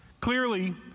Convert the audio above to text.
Clearly